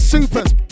Super's